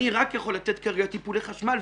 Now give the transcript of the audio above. אני רק יכול לתת כרגע טיפולי חשמל,